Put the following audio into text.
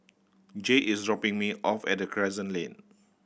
Jay is dropping me off at Crescent Lane